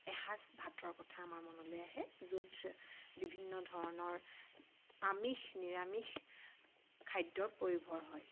এসাঁজ ভাতৰ কথা আমাৰ মনলৈ আহে য'ত বিভিন্ন ধৰণৰ আমিষ নিৰামিষ খাদ্যৰ পৰিভৰ হয়